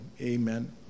amen